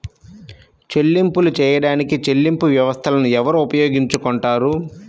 చెల్లింపులు చేయడానికి చెల్లింపు వ్యవస్థలను ఎవరు ఉపయోగించుకొంటారు?